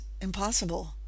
impossible